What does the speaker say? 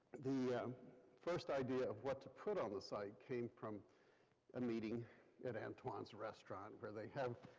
the first idea of what to put on the site came from a meeting at antoine's restaurant where they have